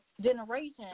generation